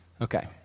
Okay